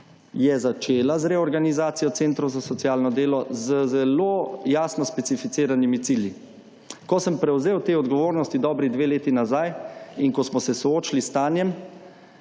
je začela z reorganizacijo Centrov za socialno delo z zelo jasno specificiranimi cilji. Ko sem prevzel te odgovornosti dobri dve leti nazaj in ko smo se soočili s stanjem,